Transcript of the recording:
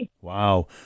Wow